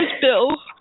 Bill